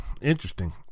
interesting